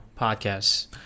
podcasts